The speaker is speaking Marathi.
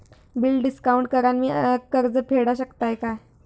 बिल डिस्काउंट करान मी कर्ज फेडा शकताय काय?